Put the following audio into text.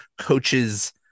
coaches